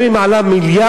גם אם זה עלה מיליארדים,